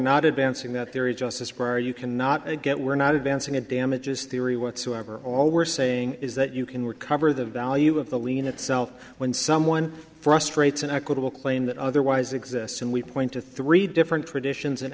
not advancing that theory justice where you cannot get we're not advancing a damages theory whatsoever all we're saying is that you can recover the value of the lien itself when someone frustrates an equitable claim that otherwise exists and we point to three different traditions and